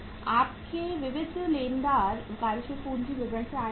आपके विविध लेनदार कार्यशील पूंजी विवरण से आए हैं